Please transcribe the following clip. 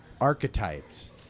archetypes